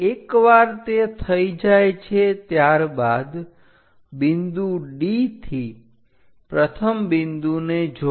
એકવાર તે થઈ જાય છે ત્યારબાદ બિંદુ D થી પ્રથમ બિંદુને જોડો